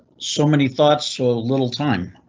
so many thoughts, so little time